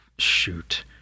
shoot